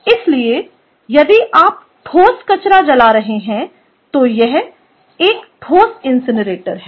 इसलिए यदि आप ठोस कचरा जला रहे हैं तो यह एक ठोस इनसिनरेटर है